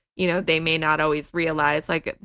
you know they may not always realize like,